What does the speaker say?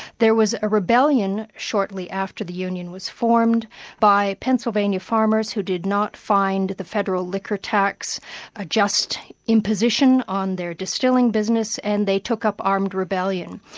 there was a rebellion shortly after the union was formed by pennsylvania farmers who did not find the federal liquor tax a just imposition on their distilling business, and they took up armed rebellion.